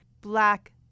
black